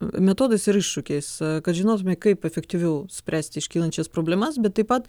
metodais ir iššūkiais kad žinotume kaip efektyviau spręsti iškylančias problemas bet taip pat